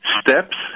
steps